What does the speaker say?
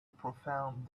profound